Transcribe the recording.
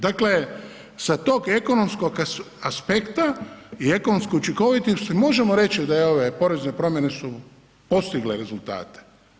Dakle, sa tog ekonomskog aspekta i ekonomske učinkovitosti, možemo reći da ove porezne promjene su postigle rezultate.